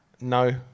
No